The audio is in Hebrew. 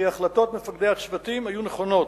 וכי החלטות מפקדי הצוותים היו נכונות.